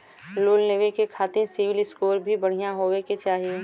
Loan लेवे के खातिन सिविल स्कोर भी बढ़िया होवें के चाही?